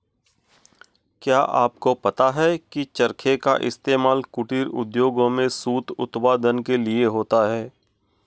क्या आपको पता है की चरखे का इस्तेमाल कुटीर उद्योगों में सूत उत्पादन के लिए होता है